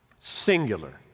singular